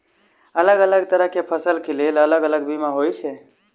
अलग अलग तरह केँ फसल केँ लेल अलग अलग बीमा होइ छै?